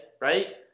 right